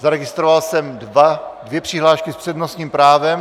Zaregistroval jsem dvě přihlášky s přednostním právem.